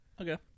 Okay